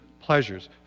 pleasures